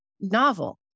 novel